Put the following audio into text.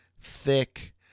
thick